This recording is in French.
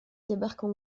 débarquent